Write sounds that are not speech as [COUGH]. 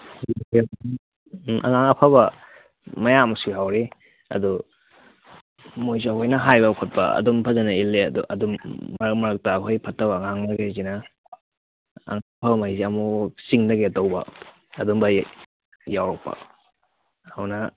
[UNINTELLIGIBLE] ꯑꯉꯥꯡ ꯑꯐꯕ ꯃꯌꯥꯝ ꯑꯃꯁꯨ ꯌꯥꯎꯔꯤ ꯑꯗꯨ ꯃꯣꯏꯁꯨ ꯂꯣꯏꯅ ꯍꯥꯏꯕ ꯈꯣꯠꯄ ꯑꯗꯨꯝ ꯐꯖꯅ ꯏꯜꯂꯦ ꯑꯗꯨ ꯑꯗꯨꯝ ꯃꯔꯛ ꯃꯔꯛꯇ ꯑꯩꯈꯣꯏ ꯐꯠꯇꯕ ꯑꯉꯥꯡ ꯌꯥꯎꯔꯤꯈꯩꯁꯤꯅ ꯑꯐꯕꯈꯩꯁꯦ ꯑꯃꯨꯛ ꯑꯃꯨꯛ ꯆꯤꯡꯊꯒꯦ ꯇꯧꯕ ꯑꯗꯨꯝꯕ ꯌꯥꯎꯔꯛꯄ ꯑꯗꯨꯅ